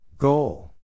Goal